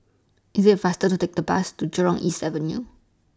IT IS faster to Take The Bus to Jurong East Avenue